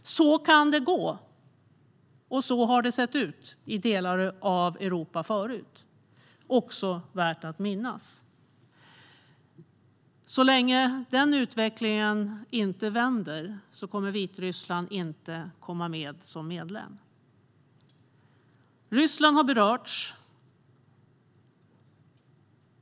Så kan det gå, och så har det sett ut i delar av Europa förut. Det är också värt att minnas. Så länge den utvecklingen inte vänder kommer Vitryssland inte att komma med som medlem. Ryssland har berörts.